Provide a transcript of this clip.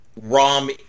ROM